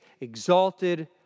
exalted